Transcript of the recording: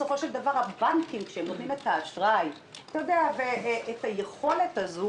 בסופו של דבר הבנקים כאשר הם נותנים את האשראי ואת היכולת הזו